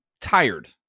tired